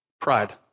pride